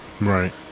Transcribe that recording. Right